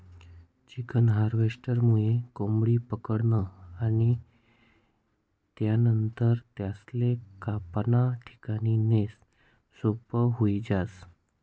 chicken हार्वेस्टरमुये कोंबडी पकडनं आणि त्यानंतर त्यासले कापाना ठिकाणे नेणं सोपं व्हयी जास